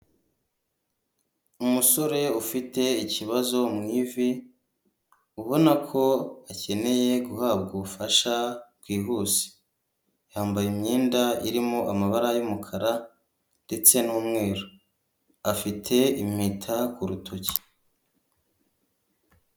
Umusore ufite ikibazo mu ivi, ubona ko akeneye guhabwa ubufasha bwihuse, yambaye imyenda irimo amabara y'umukara ndetse n'umweru, afite impeta ku rutoki.